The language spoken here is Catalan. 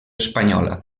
espanyola